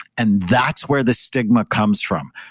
and that's where the stigma comes from.